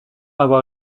avoir